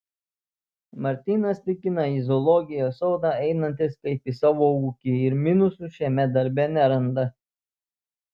martynas tikina į zoologijos sodą einantis kaip į savo ūkį ir minusų šiame darbe neranda